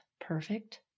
perfect